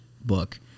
book